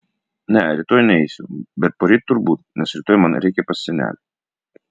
ne rytoj neisiu bet poryt turbūt nes rytoj man reikia pas senelę